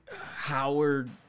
Howard